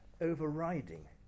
overriding